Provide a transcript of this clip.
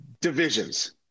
divisions